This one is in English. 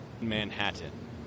Manhattan